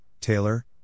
Taylor